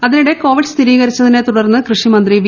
അതിനിടെ കോവിഡ് സ്ഥിരീകരിച്ചതിനെ തുടർന്ന് കൃഷി മന്ത്രി വി